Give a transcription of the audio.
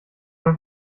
habe